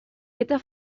esta